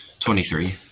23